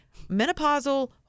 menopausal